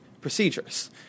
procedures